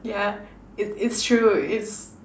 yeah it it's true it's